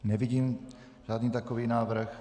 Nevidím žádný takový návrh.